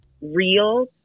real